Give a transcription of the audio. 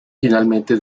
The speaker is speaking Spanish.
finalmente